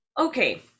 Okay